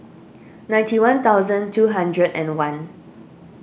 ninety one thousand two hundred and one